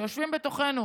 שיושבים בתוכנו,